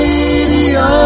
Radio